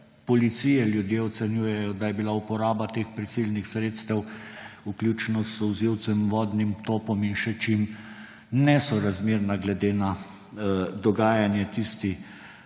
policije ljudje ocenjujejo, da je bila uporaba teh prisilnih sredstev, vključno s solzivcem, vodnim topom in še čim, nesorazmerna glede na dogajanje tisti